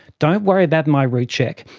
don't worry about my route check,